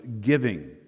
giving